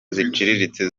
ziciriritse